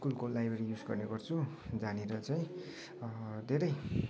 स्कूलको library use गर्ने गर्छु जहाँनिर चाहिँ धेरै